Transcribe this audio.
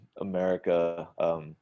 America